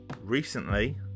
recently